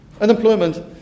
Unemployment